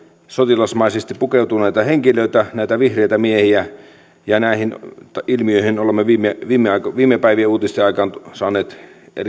sotilasmaisesti pukeutuneita henkilöitä näitä vihreitä miehiä ja näistä ilmiöistä olemme viime päivien uutisten aikana saaneet